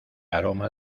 aroma